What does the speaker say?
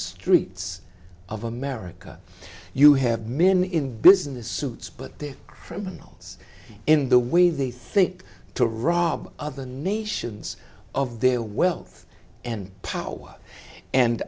streets of america you have men in business suits but they're criminals in the way they think to rob other nations of their wealth and power and